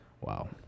Wow